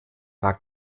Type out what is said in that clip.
war